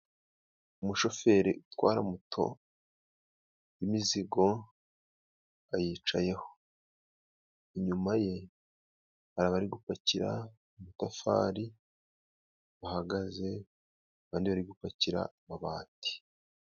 Umushoferi utwara moto y'imizigo， ayicayeho， inyuma ye hari abari gupakira amatafari bahagaze， kandi bari gupakira amabati.